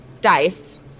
dice